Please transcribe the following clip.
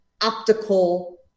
optical